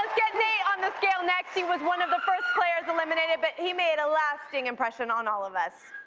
get nate on the scale next. he was one of the first players eliminated but he made a lasting impression on all of us.